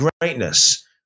greatness